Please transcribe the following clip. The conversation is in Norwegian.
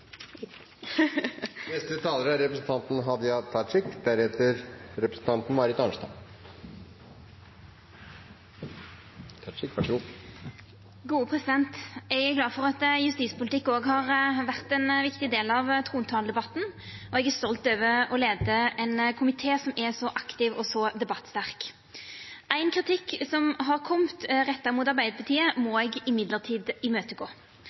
Eg er glad for at justispolitikk òg har vore ein viktig del av trontaledebatten, og eg er stolt over å leia ein komité som er så aktiv og så debattsterk. Ein kritikk som har kome retta mot Arbeidarpartiet, må eg likevel imøtegå.